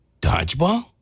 dodgeball